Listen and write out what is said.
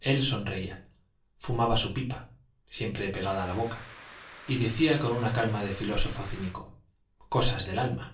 él sonreía fumaba su pipa siempre pegada a la boca y decía con una calma de filósofo cínico cosas del alma